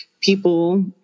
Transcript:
people